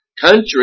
country